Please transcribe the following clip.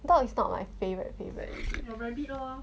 dog is not my favorite favorite already